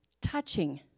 touching